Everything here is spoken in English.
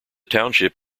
township